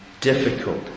difficult